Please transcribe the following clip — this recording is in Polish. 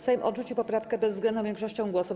Sejm odrzucił poprawkę bezwzględną większością głosów.